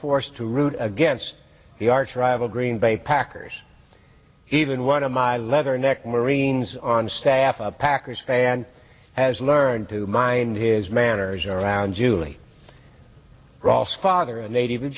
forced to root against the arch rival green bay packers even one of my leatherneck marines on staff christan has learned to mind his manners around julie ross father a native of